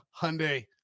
Hyundai